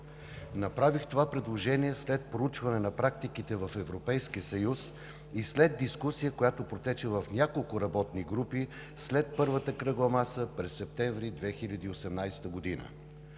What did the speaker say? Направих това предложение след проучване на практиките в Европейския съюз и след дискусия, която протече в няколко работни групи след първата кръгла маса през месец септември 2018 г.